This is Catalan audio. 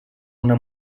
una